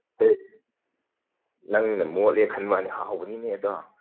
ꯀꯩ ꯅꯪꯅ ꯃꯣꯠꯂꯦ ꯈꯟꯕ ꯋꯥꯅꯤ ꯍꯥꯎꯕꯅꯤꯅꯦ ꯑꯗꯣ